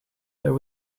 there